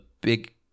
big